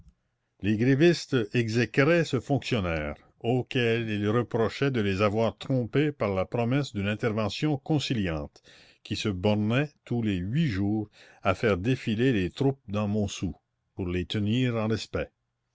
les grévistes exécraient ce fonctionnaire auquel ils reprochaient de les avoir trompés par la promesse d'une intervention conciliante qui se bornait tous les huit jours à faire défiler des troupes dans montsou pour les tenir en respect